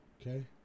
okay